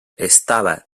estava